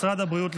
משרד הבריאות,